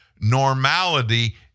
Normality